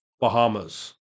Bahamas